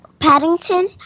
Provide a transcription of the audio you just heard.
Paddington